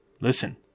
listen